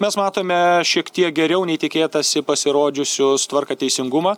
mes matome šiek tiek geriau nei tikėtasi pasirodžiusius tvarką teisingumą